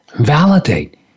Validate